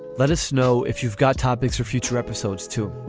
let us know if you've got topics for future episodes too.